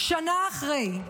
שנה אחרי,